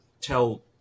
tell